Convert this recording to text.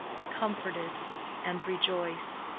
be comforted and rejoice.